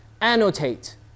Annotate